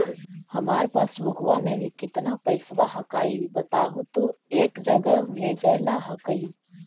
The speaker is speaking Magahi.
हमार पासबुकवा में अभी कितना पैसावा हक्काई बताहु तो एक जगह भेजेला हक्कई?